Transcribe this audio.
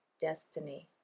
destiny